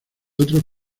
otros